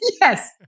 Yes